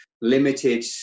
Limited